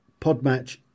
Podmatch